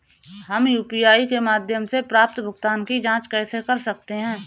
हम यू.पी.आई के माध्यम से प्राप्त भुगतान की जॉंच कैसे कर सकते हैं?